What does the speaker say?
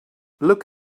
look